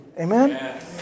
Amen